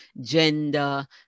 gender